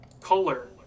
Color